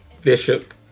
bishop